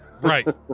right